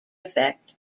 effect